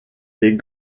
les